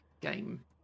game